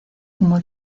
como